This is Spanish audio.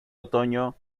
otoño